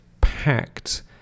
packed